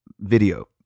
video